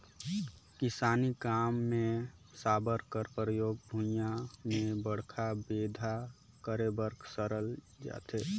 किसानी काम मे साबर कर परियोग भुईया मे बड़खा बेंधा करे बर करल जाथे